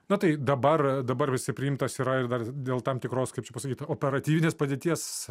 na tai dabar dabar jisai priimtas yra ir dar dėl tam tikros kaip čia pasakyt operatyvinės padėties